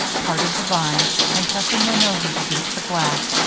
parted the vines, and, pressing their noses against the glass,